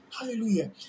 Hallelujah